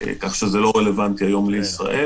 כך שזה לא רלוונטי לישראל.